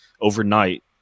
overnight